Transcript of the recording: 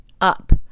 up